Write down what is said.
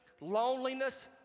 loneliness